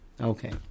Okay